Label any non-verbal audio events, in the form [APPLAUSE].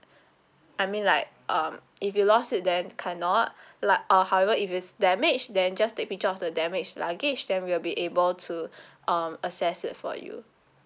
I mean like um if you lost it then cannot lugg~ uh however if it's damage then just take picture of the damage luggage then we'll be able to [BREATH] um assess it for you